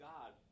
God